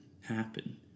happen